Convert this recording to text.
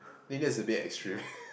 think that's a bit extreme